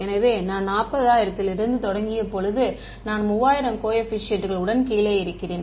எனவே நான் 40000 லிருந்து தொடங்கியபோது நான் 3000 கோஏபிசியன்ட் கள் உடன் கீழே இருக்கிறேன்